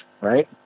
right